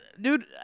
Dude